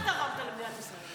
מה אתה תרמת למדינת ישראל?